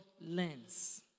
lens